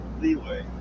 leeway